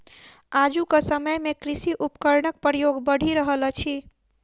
आजुक समय मे कृषि उपकरणक प्रयोग बढ़ि रहल अछि